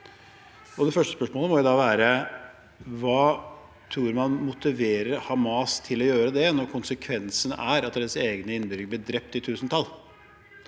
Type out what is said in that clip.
Det første spørsmålet må da være: Hva tror man motiverer Hamas til å gjøre det når konsekvensene er at deres egne innbyggere blir drept i tusentall?